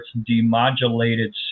demodulated